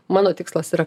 mano tikslas yra